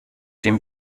dem